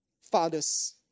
Fathers